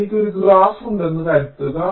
എനിക്ക് ഒരു ഗ്രാഫ് ഉണ്ടെന്ന് കരുതുക